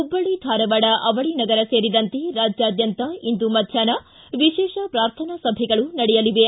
ಹುಬ್ಬಳ್ಳಿ ಧಾರವಾಡ ಅವಳಿ ನಗರ ಸೇರಿದಂತೆ ರಾಜ್ಯಾದ್ಯಂತ ಇಂದು ಮಧ್ವಾಹ್ನ ವಿಶೇಷ ಪ್ರಾರ್ಥನೆ ಸಭೆಗಳ ನಡೆಯಲಿವೆ